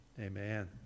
Amen